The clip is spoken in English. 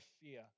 fear